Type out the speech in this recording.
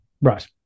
right